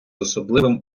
особливим